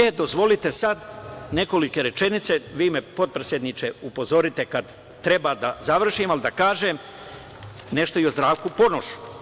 E dozvolite sada nekoliko rečenica, vi me potpredsedniče upozorite kad treba da završim, ali da kažem nešto i o Zdravku Ponošu.